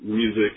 music